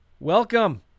Welcome